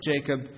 Jacob